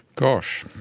gosh.